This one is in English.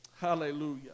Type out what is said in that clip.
Hallelujah